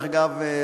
דרך אגב,